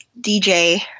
DJ